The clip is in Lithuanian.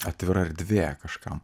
atvira erdvė kažkam